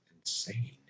insane